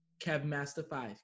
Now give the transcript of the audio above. KevMaster5